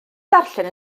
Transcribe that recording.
ddarllen